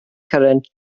current